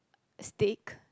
steak